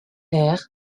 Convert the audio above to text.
air